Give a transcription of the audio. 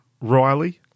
Riley